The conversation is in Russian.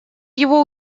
его